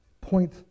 Point